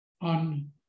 on